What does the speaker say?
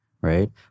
right